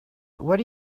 what